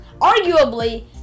arguably